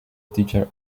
teacher